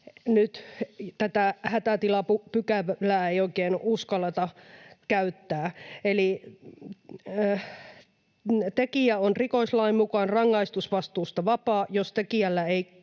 tätä hätätilapykälää ei oikein uskalleta käyttää. Eli tekijä on rikoslain mukaan ”rangaistusvastuusta vapaa, jos tekijältä ei